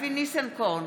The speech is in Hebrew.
אבי ניסנקורן,